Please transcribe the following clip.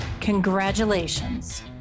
Congratulations